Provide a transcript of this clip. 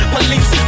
Police